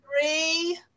three